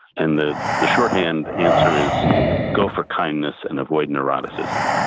and the the shorthand answer is go for kindness and avoid neuroticism.